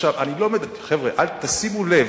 חבר'ה, תשימו לב